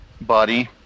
body